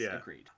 agreed